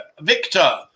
Victor